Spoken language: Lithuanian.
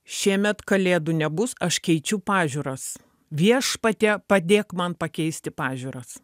šiemet kalėdų nebus aš keičiu pažiūras viešpatie padėk man pakeisti pažiūras